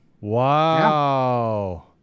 wow